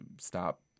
stop